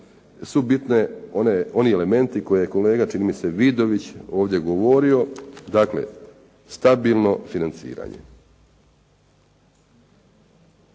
su bitni oni elementi koje je kolega čini mi se Vidović ovdje govorio, dakle stabilno financiranje.